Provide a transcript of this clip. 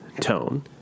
tone